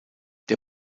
der